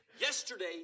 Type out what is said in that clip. Yesterday